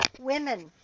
women